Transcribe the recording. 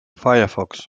firefox